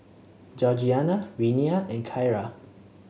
Georgiana Renea and Kyra